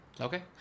Okay